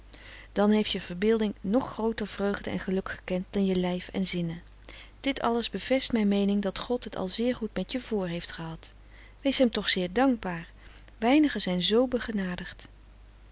dan heeft je verbeelding nog grooter vreugde en geluk gekend dan je lijf en zinnen dit alles bevest mijn meening dat god het al zeer goed met je vr heeft gehad wees hem toch zeer dankbaar weinigen zijn z begenadigd